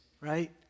right